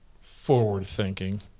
forward-thinking